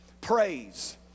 praise